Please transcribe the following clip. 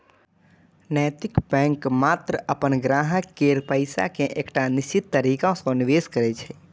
नैतिक बैंक मात्र अपन ग्राहक केर पैसा कें एकटा निश्चित तरीका सं निवेश करै छै